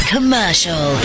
Commercial